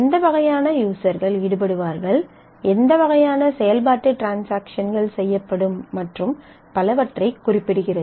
எந்த வகையான யூஸர்கள் ஈடுபடுவார்கள் எந்த வகையான செயல்பாட்டு ட்ரான்ஸாக்ஷன்கள் செய்யப்படும் மற்றும் பலவற்றைக் குறிப்பிடுகிறது